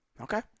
Okay